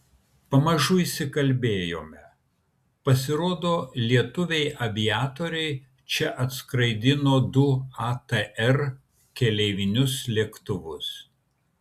pamažu išsikalbėjome pasirodo lietuviai aviatoriai čia atskraidino du atr keleivinius lėktuvus